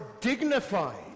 dignified